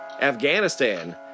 Afghanistan